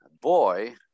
boy